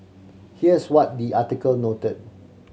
here's what the article noted